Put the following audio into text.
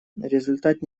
результат